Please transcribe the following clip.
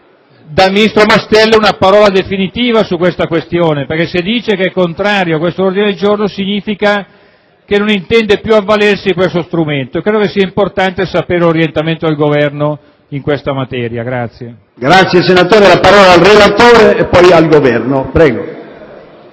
dal ministro Mastella una parola definitiva su questa questione perché se dice che è contrario a questo ordine del giorno significa che non intende più avvalersi di questo strumento e credo che sia importante sapere l'orientamento del Governo in materia. PRESIDENTE. Il relatore ed il rappresentante del Governo